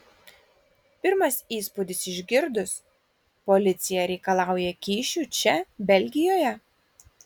pirmas įspūdis išgirdus policija reikalauja kyšių čia belgijoje